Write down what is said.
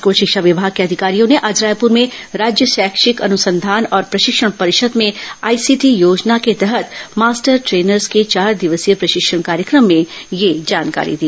school शिक्षा विभाग के अधिकारियों ने आज रायपुर में राज्य शैक्षिक अनुसंधान और प्रशिक्षण परिषद में आईसीटी योजना के तहत मास्टर ट्रेनर्स के चार दिवसीय प्रशिक्षण कार्यक्रम में यह जानकारी दी